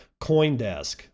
CoinDesk